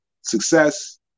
success